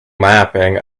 mapping